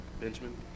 Benjamin